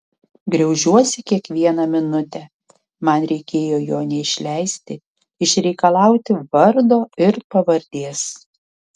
griaužiuosi kiekvieną minutę man reikėjo jo neišleisti išreikalauti vardo ir pavardės